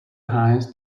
highest